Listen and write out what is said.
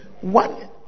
one